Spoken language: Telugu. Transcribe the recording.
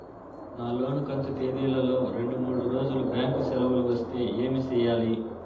నా లోను కంతు తేదీల లో రెండు మూడు రోజులు బ్యాంకు సెలవులు వస్తే ఏమి సెయ్యాలి?